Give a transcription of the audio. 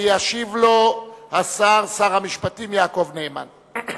ישיב לו שר המשפטים יעקב נאמן.